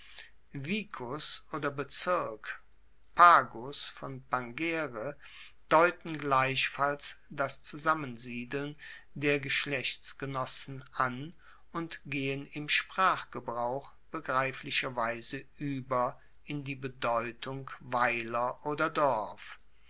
oder bezirk pagus von pangere deuten gleichfalls das zusammensiedeln der geschlechtsgenossen an und gehen im sprachgebrauch begreiflicherweise ueber in die bedeutung weiler oder dorf